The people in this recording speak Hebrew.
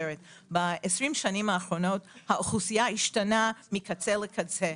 אנחנו משערים שהנתונים האלה הם חיוניים לצורך תכנון